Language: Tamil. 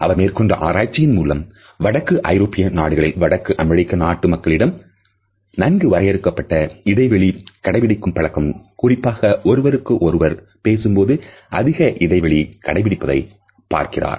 அவர் மேற்கொண்ட ஆராய்ச்சியின் மூலம் வடக்கு ஐரோப்பிய நாடுகளிலும் வடக்கு அமெரிக்க நாட்டு மக்களிடமும் நன்கு வரையறுக்கப்பட்ட இடைவெளியை கடைபிடிக்கும் பழக்கம் குறிப்பாக ஒருவருக்கு ஒருவர் பேசும்பொழுது அதிக இடைவெளி கடைபிடிப்பதை பார்க்கிறார்